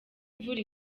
imvura